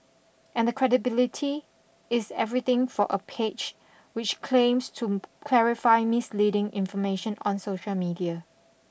and the credibility is everything for a page which claims to clarify misleading information on social media